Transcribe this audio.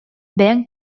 бэйэҥ